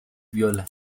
viola